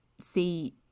see